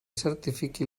certifiqui